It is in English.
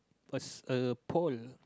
a a pole